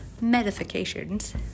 Medifications